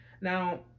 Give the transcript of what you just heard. Now